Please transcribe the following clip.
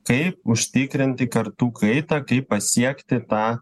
kaip užtikrinti kartų kaitą kaip pasiekti tą